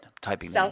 typing